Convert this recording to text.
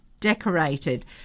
decorated